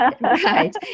Right